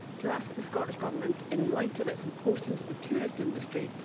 to ask the scottish government, in light of its importance to the tourist industry,